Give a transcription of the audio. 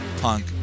punk